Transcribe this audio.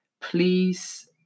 Please